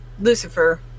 Lucifer